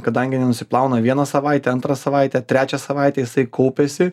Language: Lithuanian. kadangi nenusiplauna vieną savaitę antrą savaitę trečią savaitę jisai kaupiasi